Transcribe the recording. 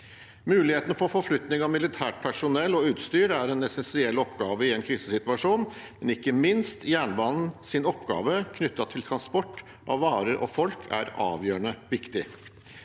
Mulighetene for forflytting av militært personell og utstyr er en essensiell oppgave i en krisesituasjon, men ikke minst: Jernbanens oppgave knyttet til transport av varer og folk er avgjørende viktig.